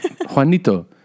Juanito